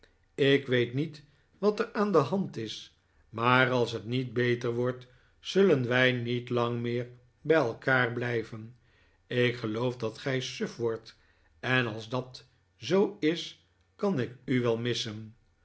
ik weet niet wat er aan de hand is maar als het niet beter wordt zullen wij niet lang meer bij elkaar blijven ik geloof dat gij suf wordt en als dat zoo is kan ik u wel missen